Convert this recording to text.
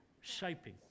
shaping